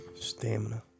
Stamina